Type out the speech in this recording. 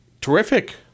Terrific